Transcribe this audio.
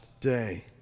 day